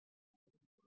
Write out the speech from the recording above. So